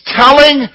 telling